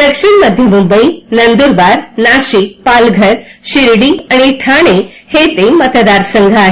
दक्षिण मध्य मुंबईनंदुरबार नाशिकपालघरशिर्डी आणि ठाणे हे ते मतदारसंघ आहेत